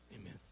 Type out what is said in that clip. Amen